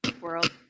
world